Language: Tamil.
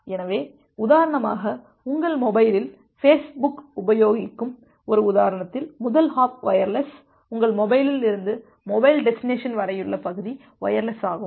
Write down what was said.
எனவே உதாரணமாக உங்கள் மொபைலில் பேஸ்புக் உபயோகிக்கும் ஒரு உதாரணத்தில் முதல் ஹாப் வயர்லெஸ் உங்கள் மொபைலில் இருந்து மொபைல் டெஸ்டினேசன் வரையுள்ள பகுதி வயர்லெஸ் ஆகும்